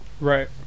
Right